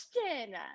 question